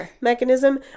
mechanism